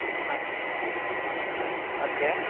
ಹಾಂ ಓಕೆ